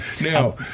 Now